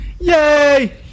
Yay